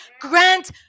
grant